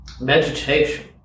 Meditation